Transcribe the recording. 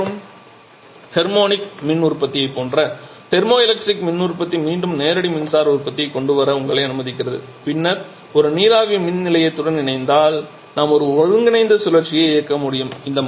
MHD மற்றும் thermionic மின் உற்பத்தியைப் போன்ற தெர்மோ எலக்ட்ரிக் மின் உற்பத்தி மீண்டும் நேரடி மின்சார உற்பத்தியைக் கொண்டுவர உங்களை அனுமதிக்கிறது பின்னர் ஒரு நீராவி மின் நிலையத்துடன் இணைந்தால் நாம் ஒரு ஒருங்கிணைந்த சுழற்சியை இயக்க முடியும்